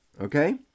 Okay